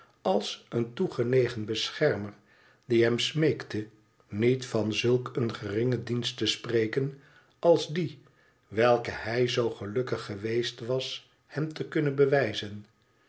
als een toegenegen beschermer die hem smeekte niet van zulk een geringen dienst te spreken als die welken hij zoo gelukkig geweest was hem te kunnen bewijzen